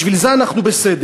בשביל זה אנחנו בסדר,